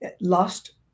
lost